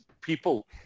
people